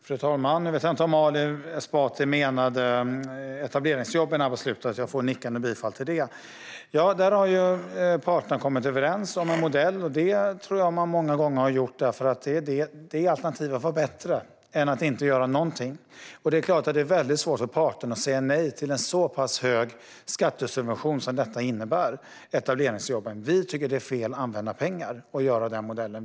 Fru talman! Jag vet inte om Ali Esbati menade etableringsjobben här på slutet - jo, jag får nickande bifall till det. Där har parterna kommit överens om en modell, och det tror jag att man har gjort för att det alternativet var bättre än att inte göra någonting alls. Det är klart att det är svårt för parterna att säga nej till en så pass hög skattesubvention som etableringsjobben innebär. Vi tycker att det är fel använda pengar att genomföra den modellen.